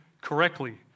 correctly